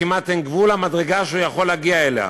כמעט אין גבול למדרגה שהוא יכול להגיע אליה.